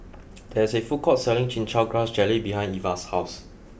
there is a food court selling Chin Chow Grass Jelly behind Eva's house